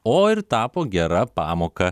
o ir tapo gera pamoka